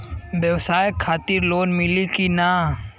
ब्यवसाय खातिर लोन मिली कि ना?